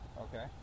okay